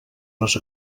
les